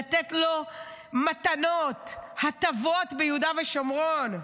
לתת לו מתנות, הטבות ביהודה ושומרון.